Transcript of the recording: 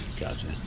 gotcha